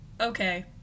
okay